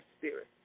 spirit